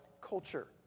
culture